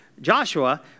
Joshua